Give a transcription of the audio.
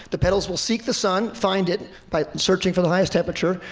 the petals will seek the sun, find it by searching for the highest temperature.